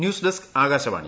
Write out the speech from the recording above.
news desk Akashvani